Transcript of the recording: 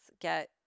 get